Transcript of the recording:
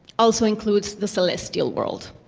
also includes the celestial world.